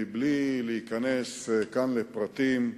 מבלי להיכנס כאן לפרטים,